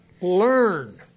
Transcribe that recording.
learn